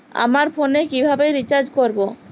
আমার ফোনে কিভাবে রিচার্জ করবো?